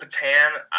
Patan